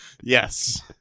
Yes